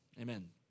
Amen